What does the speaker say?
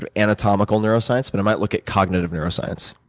um anatomical neuroscience, but i might look at cognitive neuroscience.